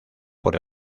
por